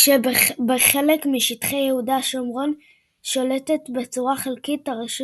כשבחלק משטחי יהודה שומרון- שולטת בצורה חלקית הרשות